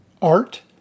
art